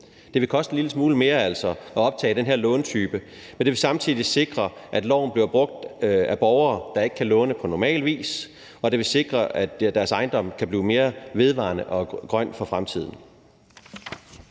Det vil altså koste en lille smule mere at optage den her låntype, men det vil samtidig sikre, at loven bliver brugt af borgere, der ikke kan låne på normal vis, og det vil sikre, at deres ejendom energimæssigt kan blive mere vedvarende og grøn i fremtiden.